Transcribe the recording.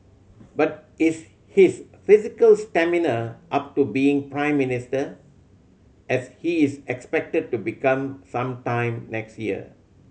but is his physical stamina up to being Prime Minister as he is expected to become some time next year